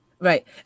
Right